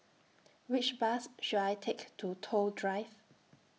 Which Bus should I Take to Toh Drive